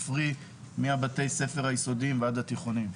מבתי הספר היסודיים עד התיכוניים,